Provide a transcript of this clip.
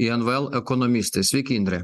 invl ekonomistė sveiki indre